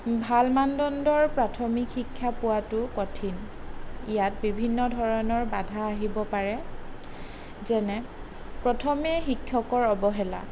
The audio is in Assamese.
ভাল মানদণ্ডৰ প্ৰাথমিক শিক্ষা পোৱাটো কঠিন ইয়াত বিভিন্ন ধৰণৰ বাধা আহিব পাৰে যেনে প্ৰথমে শিক্ষকৰ অৱহেলা